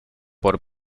por